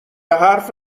حرف